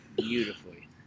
beautifully